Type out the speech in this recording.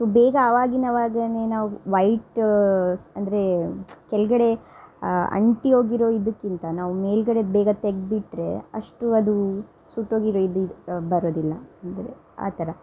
so ಬೇಗ ಆವಾಗಿನಾವಗೇ ನಾವು ವೈಟ್ ಅಂದರೆ ಕೆಳಗಡೆ ಅಂಟಿ ಹೋಗಿರೋ ಇದಕ್ಕಿಂತ ನಾವು ಮೇಲ್ಗಡೆ ಬೇಗ ತೆಗ್ದುಬಿಟ್ರೆ ಅಷ್ಟು ಅದು ಸುಟ್ಟೋಗಿರೊ ಇದು ಬರೋದಿಲ್ಲ ಅಂದರೆ ಆ ಥರ